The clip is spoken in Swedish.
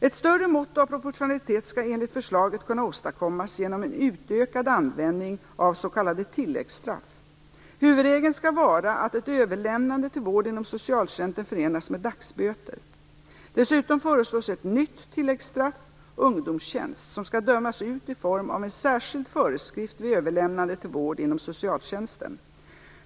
Ett större mått av proportionalitet skall enligt förslaget kunna åstadkommas genom en utökad användning av s.k. tilläggsstraff. Huvudregeln skall vara att ett överlämmande till vård inom socialtjänsten förenas med dagsböter. Dessutom föreslås ett nytt tilläggsstraff, ungdomstjänst, som skall dömas ut i form av en särskild föreskrift vid överlämnande till vård inom socialtjänsten.